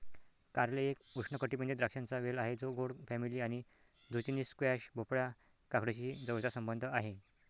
कारले एक उष्णकटिबंधीय द्राक्षांचा वेल आहे जो गोड फॅमिली आणि झुचिनी, स्क्वॅश, भोपळा, काकडीशी जवळचा संबंध आहे